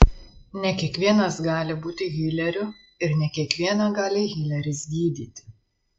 ne kiekvienas gali būti hileriu ir ne kiekvieną gali hileris gydyti